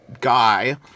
guy